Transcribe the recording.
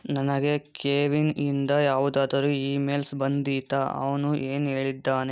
ನನಗೆ ಕೇವಿನ್ನಿಂದ ಯಾವುದಾದರು ಈಮೇಲ್ಸ್ ಬಂದಿತೇ ಅವನು ಏನು ಹೇಳಿದ್ದಾನೆ